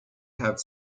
have